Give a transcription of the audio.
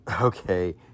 okay